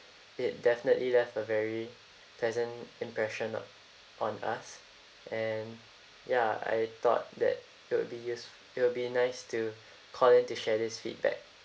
it definitely left a very pleasant impression on us and ya I thought that it would be use~ it would be nice to call in to share this feedback